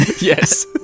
yes